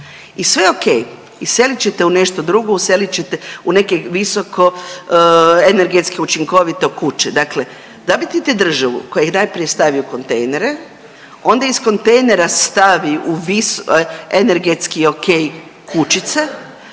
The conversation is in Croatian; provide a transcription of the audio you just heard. i sve okej. Iselit ćete u nešto drugo, uselit ćete u neke visokoenergetske učinkovito kuće, dakle .../Govornik se ne razumije./... državu koja ih najprije stavi u kontejnere, onda iz kontejnera stavi u .../nerazumljivo/...